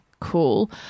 cool